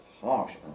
harsh